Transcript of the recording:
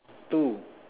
two